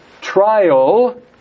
trial